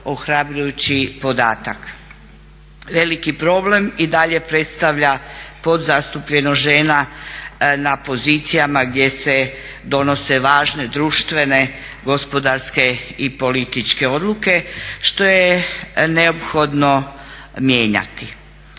Veliki problem i dalje predstavlja podzastupljenost žena na pozicijama gdje se donose važne društvene, gospodarske i političke odluke što je neophodno mijenjati.